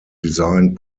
designed